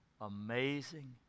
amazing